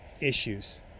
issues